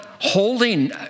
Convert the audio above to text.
Holding